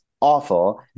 awful